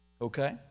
okay